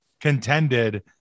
contended